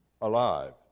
alive